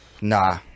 Nah